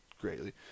greatly